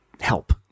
help